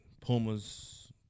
Pumas